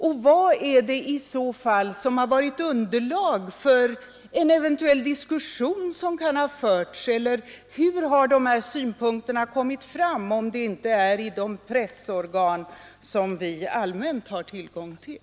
Och vad är det i så fall som har varit underlag för en eventuell diskussion som kan ha förts? Eller hur har dessa synpunkter kommit fram, om det inte är i de intresseorgan som vi allmänt har tillgång till?